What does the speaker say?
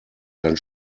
dann